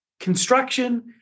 construction